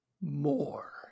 more